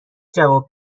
جواب